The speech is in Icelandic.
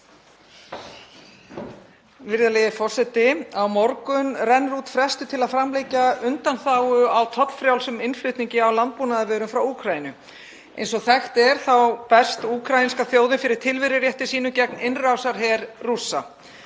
Virðulegi forseti. Á morgun rennur út frestur til að framlengja undanþágu fyrir tollfrjálsan innflutning á landbúnaðarvörum frá Úkraínu. Eins og þekkt er þá berst úkraínska þjóðin fyrir tilverurétti sínum gegn innrásarher Rússa.